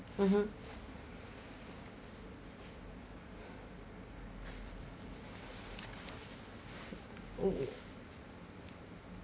mmhmm mm